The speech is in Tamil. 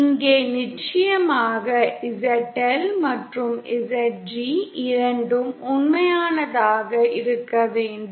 இங்கே நிச்சயமாக ZL மற்றும் ZG இரண்டும் உண்மையானதாக இருக்க வேண்டும்